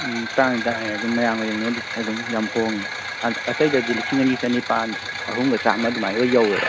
ꯇꯥꯡꯉꯦ ꯇꯥꯡꯉꯦ ꯑꯗꯨꯝ ꯃꯌꯥꯝꯒ ꯌꯦꯡꯅꯧꯔꯗꯤ ꯑꯗꯨꯝ ꯌꯥꯝ ꯍꯣꯡꯉꯦ ꯑꯇꯩꯗꯗꯤ ꯂꯤꯁꯤꯡ ꯑꯅꯤ ꯆꯅꯤꯄꯥꯜ ꯑꯍꯨꯝꯒ ꯆꯥꯃ ꯑꯗꯨꯃꯥꯏ ꯂꯣꯏ ꯌꯧꯋꯦꯕ